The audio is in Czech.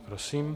Prosím.